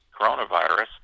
coronavirus